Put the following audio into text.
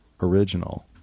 original